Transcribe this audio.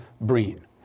Breen